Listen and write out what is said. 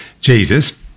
Jesus